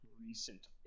recent